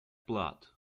blood